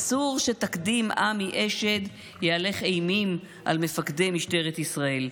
אסור שתקדים עמי אשד יהלך אימים על מפקדי משטרת ישראל.